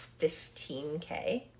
15K